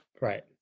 Right